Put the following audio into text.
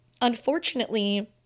unfortunately